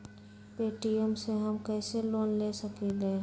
Paytm से हम कईसे लोन ले सकीले?